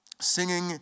Singing